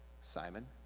Simon